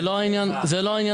זה לא העניין הזה.